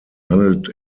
handelt